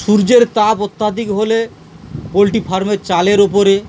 সূর্যের তাপ অত্যাধিক হলে পোলট্রি ফার্মের চালের ওপরে